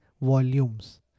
volumes